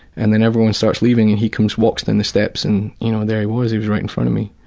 and then everyone starts leaving, and he comes walks down the steps, and you know, there he was, he was right in front of me.